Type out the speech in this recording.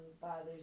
bothers